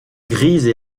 grises